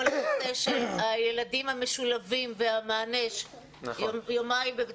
כל הנושא של הילדים המשולבים והמענה של יומיים בבית